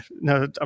no